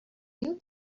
you